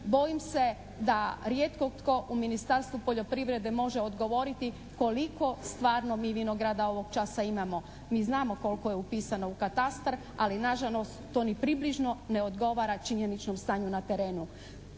Bojim se da rijetko tko u Ministarstvu poljoprivrede može odgovoriti koliko stvarno mi vinograda ovog časa imamo. Mi znamo koliko je upisano u katastar, ali na žalost to ni približno ne odgovara činjeničnom stanju na terenu.